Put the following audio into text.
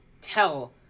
tell